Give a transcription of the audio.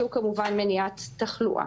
שהוא כמובן מניעת תחלואה.